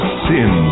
sin